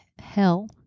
hell